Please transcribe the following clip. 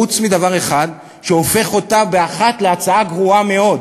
חוץ מדבר אחד שהופך אותה באחת להצעה גרועה מאוד.